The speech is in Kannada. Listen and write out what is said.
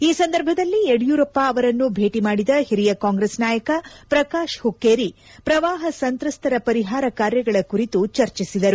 ಈ ಸಂದರ್ಭದಲ್ಲಿ ಯಡಿಯೂರಪ್ಪ ಅವರನ್ನು ಭೇಟಿ ಮಾಡಿದ ಹಿರಿಯ ಕಾಂಗ್ರೆಸ್ ನಾಯಕ ಪ್ರಕಾಶ್ ಹುಕ್ಕೇರಿ ಪ್ರವಾಹ ಸಂತ್ರಸ್ತರ ಪರಿಹಾರ ಕಾರ್ಯಗಳ ಕುರಿತು ಚರ್ಚಿಸಿದರು